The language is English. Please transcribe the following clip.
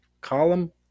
column